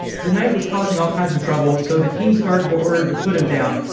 the knight was causing all kinds of trouble, so the kingsguard were ordered to put him down.